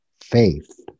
faith